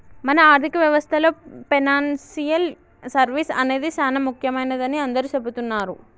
మన ఆర్థిక వ్యవస్థలో పెనాన్సియల్ సర్వీస్ అనేది సానా ముఖ్యమైనదని అందరూ సెబుతున్నారు